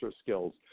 skills